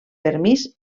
permís